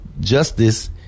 justice